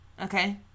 Okay